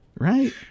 right